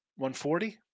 140